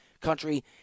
country